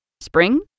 Spring